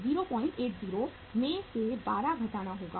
080 में से 12 घटाना होगा